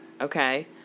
Okay